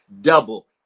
double